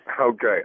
Okay